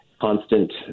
constant